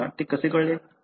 तुम्हाला ते कसे कळले